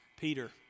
Peter